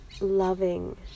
loving